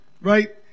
right